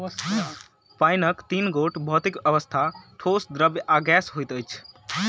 पाइनक तीन गोट भौतिक अवस्था, ठोस, द्रव्य आ गैस होइत अछि